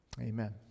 amen